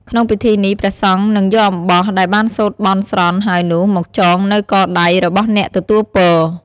ក្នុងពិធីនេះ ព្រះសង្ឃនឹងយកអំបោះដែលបានសូត្របន់ស្រន់ហើយនោះមកចងនៅកដៃរបស់អ្នកទទួលពរ។